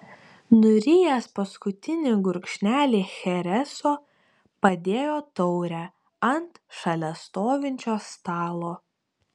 nurijęs paskutinį gurkšnelį chereso padėjo taurę ant šalia stovinčio stalo